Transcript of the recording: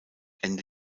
ende